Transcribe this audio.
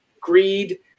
greed